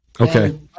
Okay